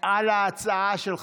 על ההצעה,